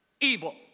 evil